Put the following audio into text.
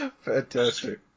Fantastic